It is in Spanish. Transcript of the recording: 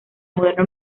moderna